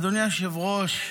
אדוני היושב-ראש,